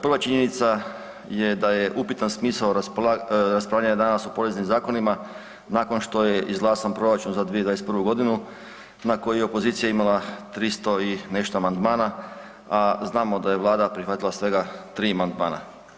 Prva činjenica je da je upitan smisao raspravljanja danas o poreznim zakonima, nakon što je izglasan proračun za 2021. g. na koji je opozicija imala 300 i nešto amandmana, a znamo da je Vlada prihvatila svega 3 amandmana.